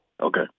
Okay